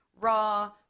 raw